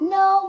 no